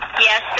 Yes